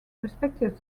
respected